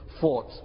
fought